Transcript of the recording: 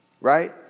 Right